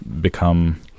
become